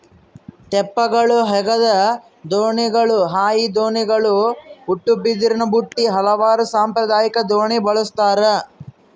ತೆಪ್ಪಗಳು ಹಗೆದ ದೋಣಿಗಳು ಹಾಯಿ ದೋಣಿಗಳು ಉಟ್ಟುಬಿದಿರಿನಬುಟ್ಟಿ ಹಲವಾರು ಸಾಂಪ್ರದಾಯಿಕ ದೋಣಿ ಬಳಸ್ತಾರ